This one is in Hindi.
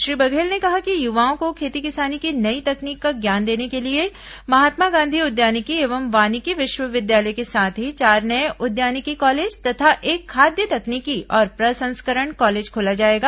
श्री बघेल ने कहा कि युवाओं को खेती किसानी की नई तकनीक का ज्ञान देने के लिए महात्मा गांधी उद्यानिकी एवं वानिकी विश्वविद्यालय के साथ ही चार नए उद्यानिकी कॉलेज तथा एक खाद्य तकनीकी और प्रसंस्करण कॉलेज खोला जाएगा